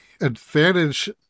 advantage